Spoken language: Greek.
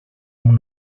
μου